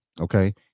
Okay